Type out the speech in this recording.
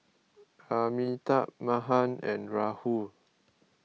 Amitabh Mahan and Rahul